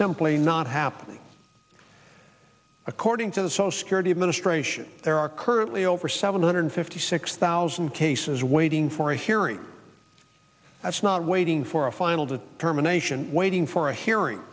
simply not happening according to the so security administration there are currently over seven hundred fifty six thousand cases waiting for a hearing that's not waiting for a final determination waiting for a hearing